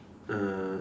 uh